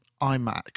iMac